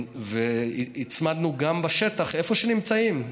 הצמדנו בשטח, איפה שהם נמצאים.